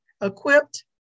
equipped